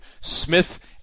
Smith &